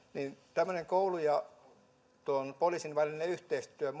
tämmöinen koulun ja poliisin välinen yhteistyö